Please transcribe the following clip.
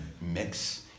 mix